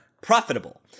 Profitable